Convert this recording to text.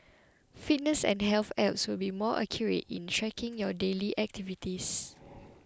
fitness and health apps will be more accurate in tracking your daily activities